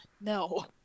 No